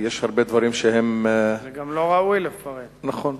כי יש הרבה דברים שהם זה גם לא ראוי לפרט במליאה.